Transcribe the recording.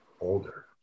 older